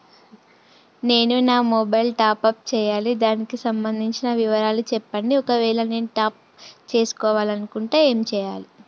నేను నా mobile top up చేయాలి దానికి సంబంధించిన వివరాలు చెప్పండి ఒకవేళ నేను టాప్ చేసుకోవాలనుకుంటే ఏం చేయాలి?